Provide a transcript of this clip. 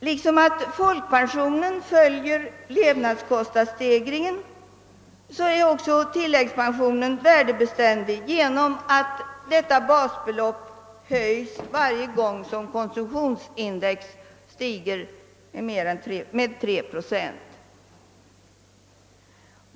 Liksom folkpensionen följer levnadskostnadsstegringen är också tilläggspensionen värdebeständig genom att basbeloppet höjs varje gång konsumtionsindex stiger med 3 procent.